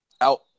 out